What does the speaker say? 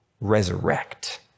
resurrect